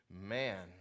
Man